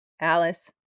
Alice